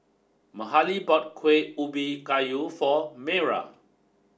Mahalie bought Kuih Ubi Kayu for Mayra